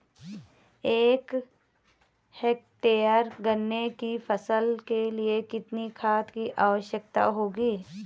एक हेक्टेयर गन्ने की फसल के लिए कितनी खाद की आवश्यकता होगी?